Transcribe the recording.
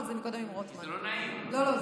אנחנו דיברנו על זה קודם עם רוטמן, זה מטופל.